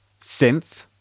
synth